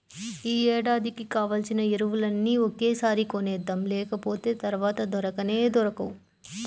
యీ ఏడాదికి కావాల్సిన ఎరువులన్నీ ఒకేసారి కొనేద్దాం, లేకపోతె తర్వాత దొరకనే దొరకవు